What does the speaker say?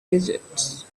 egypt